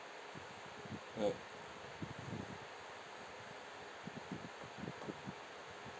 uh